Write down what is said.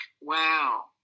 wow